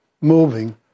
moving